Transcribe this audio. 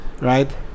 right